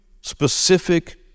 specific